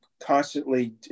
constantly